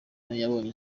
yabonye